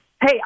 Hey